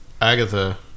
Agatha